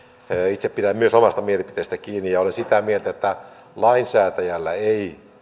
itse pidän myös omasta mielipiteestäni kiinni ja olen sitä mieltä että lainsäätäjällä ei